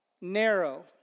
Narrow